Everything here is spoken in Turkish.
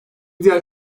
diğer